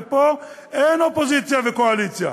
ופה אין אופוזיציה וקואליציה,